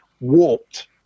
warped